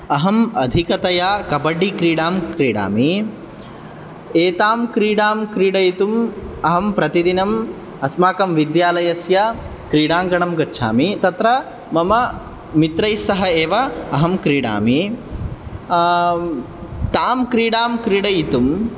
अहम् अधिकतया कबड्डीक्रीडां क्रीडामि एतां क्रीडां क्रीडयितुम् अहं प्रतिदिनम् अस्माकं विद्यालयस्य क्रीडाङ्गणं गच्छामि तत्र मम मित्रैस्सह एव अहं क्रीडामि तां क्रीडां क्रीडयितुं